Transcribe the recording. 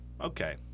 Okay